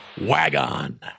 Wagon